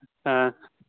ꯑꯥ